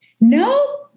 No